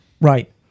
right